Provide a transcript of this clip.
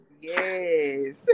yes